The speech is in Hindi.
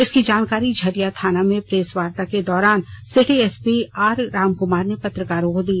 इसकी जानकारी झरिया थाना में प्रेसवार्ता के दौरान सिटी एसपी आर रामकुमार ने पत्रकारों को दी